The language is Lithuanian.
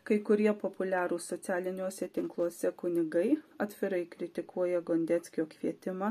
kai kurie populiarūs socialiniuose tinkluose kunigai atvirai kritikuoja gondeckio kvietimą